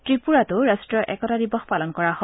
ত্ৰিপুৰাতো ৰাষ্ট্ৰীয় একতা দিৱস পালন কৰা হয়